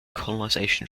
colonization